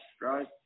right